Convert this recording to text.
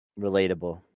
Relatable